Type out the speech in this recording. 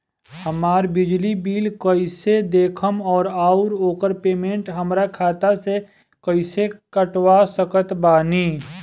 हमार बिजली बिल कईसे देखेमऔर आउर ओकर पेमेंट हमरा खाता से कईसे कटवा सकत बानी?